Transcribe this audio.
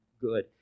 good